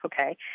Okay